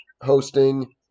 hosting